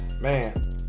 man